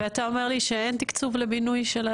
ואתה אומר לי שאין תקצוב לבינוי?